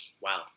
wow